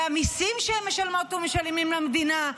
והמיסים שהם משלמות ומשלמים למדינה,